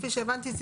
כפי שהבנתי,